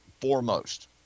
foremost